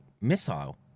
missile